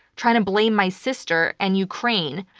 trying to blame my sister and ukraine.